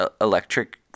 electric